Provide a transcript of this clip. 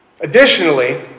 Additionally